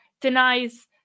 denies